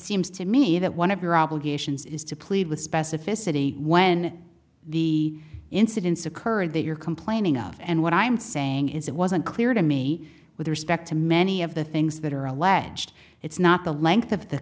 seems to me that one of your obligations is to plead with specificity when the incidents occurred that you're complaining of and what i'm saying is it wasn't clear to me with respect to many of the things that are alleged it's not the length of the